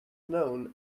known